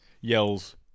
yells